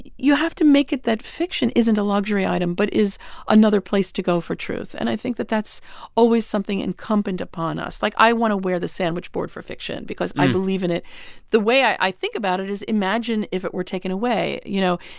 you have to make it that fiction isn't a luxury item but is another place to go for truth. and i think that that's always something incumbent upon us. like, i want to wear the sandwich board for fiction because i believe in it the way i think about it is, is, imagine if it were taken away. you know,